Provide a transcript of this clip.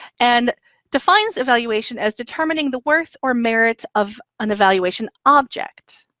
and defines evaluation as determining the worth or merit of an evaluation object.